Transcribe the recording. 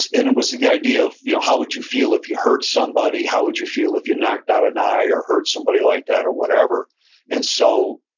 it was the the idea of you know how would you feel if you hurt somebody? how would you feel if you knocked out an eye or hurt somebody like that or whatever and so,